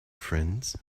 friends